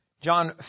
John